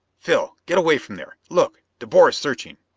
phil! get away from there! look! de boer is searching!